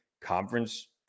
conference